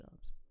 jobs